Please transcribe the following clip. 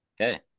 Okay